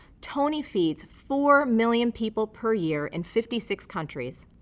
tony feeds four million people per year in fifty six countries.